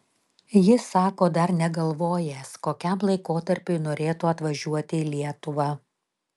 jis sako dar negalvojęs kokiam laikotarpiui norėtų atvažiuoti į lietuvą